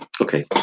Okay